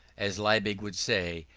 as liebig would say,